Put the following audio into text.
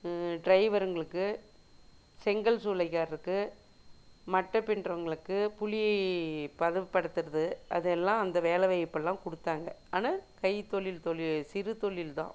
டிரைவருங்களுக்கு செங்கல்சூலைகாரருக்கு மட்டை பின்னறவங்களுக்கு புளி பதப்படுத்துவது அதை எல்லாம் அந்த வேலை வாய்ப்புலாம் கொடுத்தாங்க ஆனால் கைத்தொழில் தொழில் சிறு தொழில் தான்